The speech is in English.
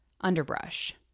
underbrush